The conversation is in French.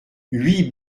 huit